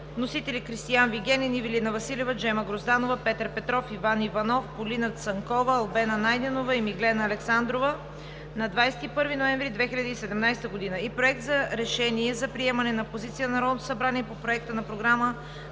Вносители: Кристиан Вигенин, Ивелина Василева, Джема Грозданова, Петър Петров, Иван В. Иванов, Полина Цанкова, Албена Найденова и Миглена Александрова, 21 ноември 2017 г. и Проект за решение за приемане на Позиция на Народното събрание по Проекта на Програма